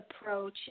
approach